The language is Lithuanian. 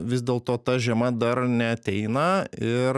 vis dėlto ta žiema dar neateina ir